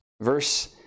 Verse